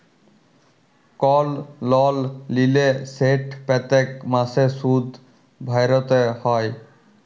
call লল লিলে সেট প্যত্তেক মাসে সুদ ভ্যইরতে হ্যয়